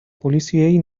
poliziei